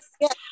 yes